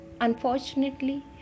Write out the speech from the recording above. Unfortunately